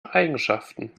eigenschaften